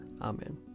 Amen